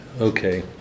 Okay